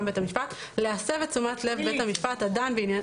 בית המשפט להסב את תשומת לב בית המשפט הדן בעניין